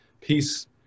peace